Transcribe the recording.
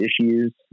issues